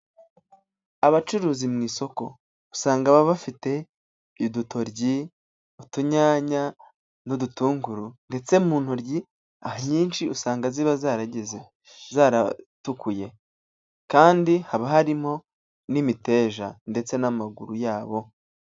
Abacuruzi mu isoko usanga baba bafite udutoryi, utunyanya, n'udutunguru ndetse mu ntoryi nyinshi usanga ziba zaragize zaratukuye, kandi haba harimo n'imiteja ndetse n'amaguru yabo.